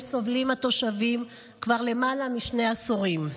סובלים התושבים כבר למעלה משני עשורים.